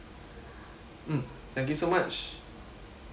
mm thank you so much